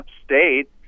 upstate